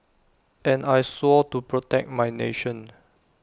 and I swore to protect my nation